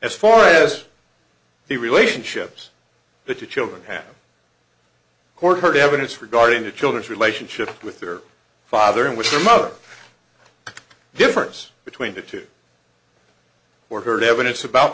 as far as the relationships but your children have court heard evidence regarding the children's relationship with their father and with their mother the difference between the two or heard evidence about